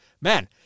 Man